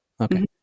Okay